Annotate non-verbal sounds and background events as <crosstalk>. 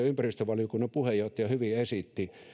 <unintelligible> ympäristövaliokunnan puheenjohtaja hyvin esitti